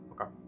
Okay